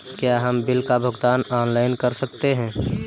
क्या हम बिल का भुगतान ऑनलाइन कर सकते हैं?